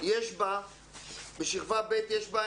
יש בשכבה ב'